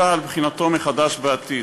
אלא על בחינתו מחדש בעתיד.